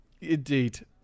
Indeed